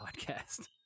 podcast